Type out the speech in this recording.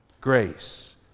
Grace